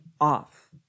off